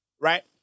Right